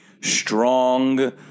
strong